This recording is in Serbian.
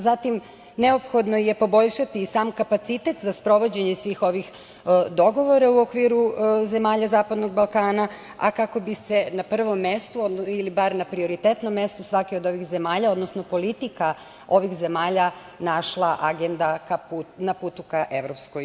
Zatim, neophodno je poboljšati sam kapacitet za sprovođenje svih ovih dogovora u okviru zemalja zapadnog Balkana, a kako bi se na prvom mestu ili bar na prioritetnom mestu svake od ovih zemalja, odnosno politika ovih zemalja našla agenda na putu ka EU.